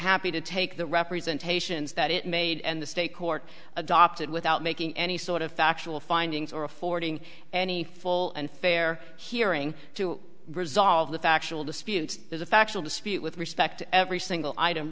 happy to take the representation is that it made and the state court adopted without making any sort of factual findings or affording any full and fair hearing to resolve the factual dispute as a factual dispute with respect every single item